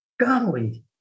golly